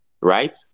right